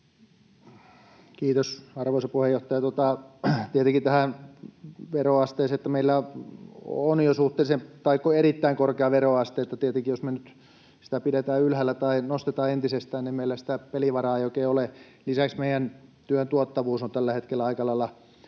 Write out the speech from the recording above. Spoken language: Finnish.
Kiitos, arvoisa puheenjohtaja! Tietenkin tähän veroasteeseen, että meillä on jo suhteellisen tai erittäin korkea veroaste, niin että tietenkin jos me nyt sitä pidetään ylhäällä tai nostetaan entisestään, niin meillä sitä pelivaraa ei oikein ole. Lisäksi meidän työn tuottavuus on tällä hetkellä aika lailla